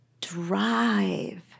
drive